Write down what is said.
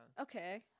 Okay